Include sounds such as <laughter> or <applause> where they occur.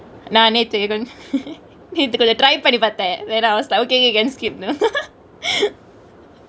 நா நேத்து:naa nethu ppl நேத்து கொஞ்சொ:nethu konjo try பன்னி பாத்தெ:panni paathe then I was like okay okay can skip now <laughs>